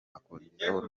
bakongeraho